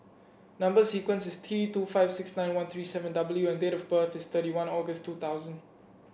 number sequence is T two five six nine one three seven W and date of birth is thirty one August two thousand